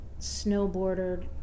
snowboarder